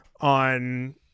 on